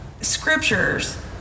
scriptures